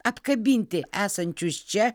apkabinti esančius čia